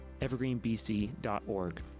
evergreenbc.org